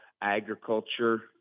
Agriculture